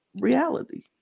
reality